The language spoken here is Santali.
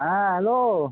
ᱦᱮᱸ ᱦᱮᱞᱳ